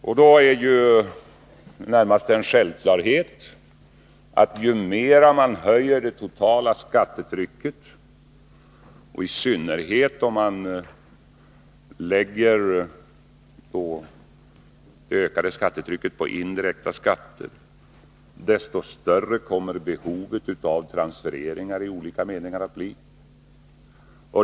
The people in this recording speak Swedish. Ju mera man höjer det totala skattetrycket — det är närmast en självklarhet, och det gäller i synnerhet om man lägger det ökade skattetrycket på indirekta skatter — desto större kommer behovet av transfereringar av olika slag att bli.